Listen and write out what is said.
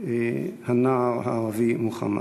הנער הערבי מוחמד.